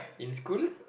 in school